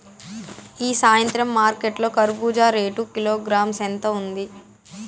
ఈ సాయంత్రం మార్కెట్ లో కర్బూజ రేటు కిలోగ్రామ్స్ ఎంత ఉంది?